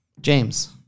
James